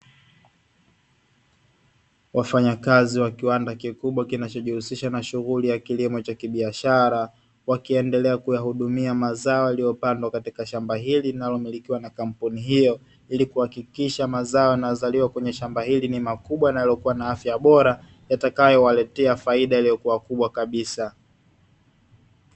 Wafanyakazi wa kiwanda kikubwa kinacho jihusisha na shughuli ya kiimo cha kibiashara wakiendelea kuyahudumia mazao yaliyopandwa katika shamba hili linalomilikiwa na kampuni hio, ilikuhakikisha mazao yanazaliwa kwenye shamba hili ni makubwa na yaliyokuwa na afya bora yatakayo waletea faida iliyokuwa kubwa kabisa.